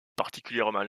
particulièrement